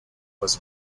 was